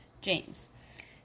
James